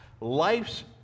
Life's